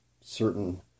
certain